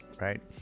Right